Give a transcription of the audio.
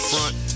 Front